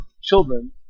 children